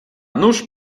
nuż